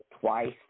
twice